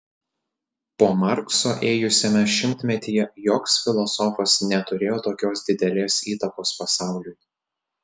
po markso ėjusiame šimtmetyje joks filosofas neturėjo tokios didelės įtakos pasauliui